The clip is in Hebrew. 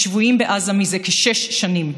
השבויים בעזה מזה כשש שנים.